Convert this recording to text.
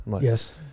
yes